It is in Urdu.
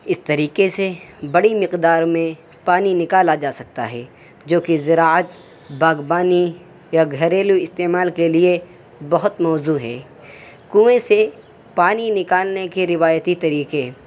اس طریقے سے بڑی مقدار میں پانی نکالا جا سکتا ہے جو کہ زراعت باغبانی یا گھریلو استعمال کے لیے بہت موزوں ہے کنویں سے پانی نکالنے کے روایتی طریقے